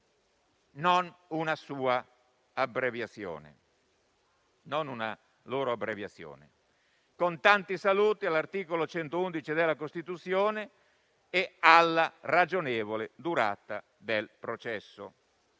dei tempi e non una loro abbreviazione, con tanti saluti all'articolo 111 della Costituzione e alla ragionevole durata del processo.